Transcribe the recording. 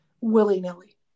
willy-nilly